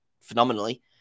phenomenally